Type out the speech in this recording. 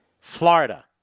Florida